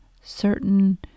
certain